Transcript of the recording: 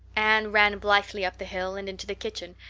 anne ran blithely up the hill and into the kitchen,